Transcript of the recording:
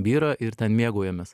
byrą ir ten mėgaujamės